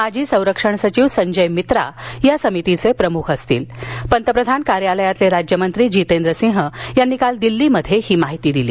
माजी संरक्षण सचिव संजय मित्रा या समितीचे प्रमुख वसतील वसं पंतप्रधान कार्यालयातले राज्यमंत्री जीतेंद्र सिंग यांनी काल दिल्लीत सांगितलं